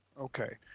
okay,